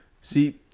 see